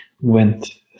went